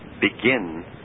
begin